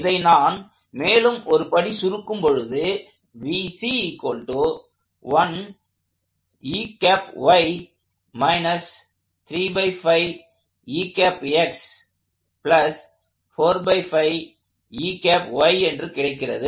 இதை நான் மேலும் ஒரு படி சுருக்கும் பொழுது என்று கிடைக்கிறது